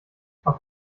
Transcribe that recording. auf